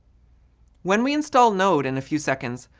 when we install node in a few seconds,